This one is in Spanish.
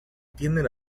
tienen